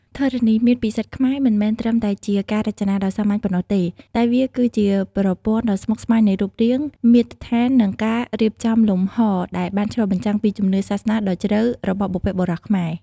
ធរណីមាត្រពិសិដ្ឋខ្មែរមិនមែនត្រឹមតែជាការរចនាដ៏សាមញ្ញប៉ុណ្ណោះទេ តែវាគឺជាប្រព័ន្ធដ៏ស្មុគស្មាញនៃរូបរាង មាត្រដ្ឋាន និងការរៀបចំលំហដែលបានឆ្លុះបញ្ចាំងពីជំនឿសាសនាដ៏ជ្រៅរបស់បុព្វបុរសខ្មែរ។